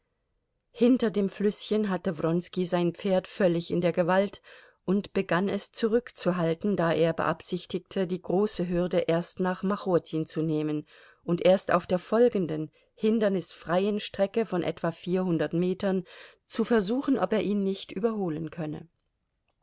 hinter dem flüßchen hatte wronski sein pferd völlig in der gewalt und begann es zurückzuhalten da er beabsichtigte die große hürde erst nach machotin zu nehmen und erst auf der folgenden hindernisfreien strecke von etwa vierhundert metern zu versuchen ob er ihn nicht überholen könne